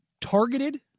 targeted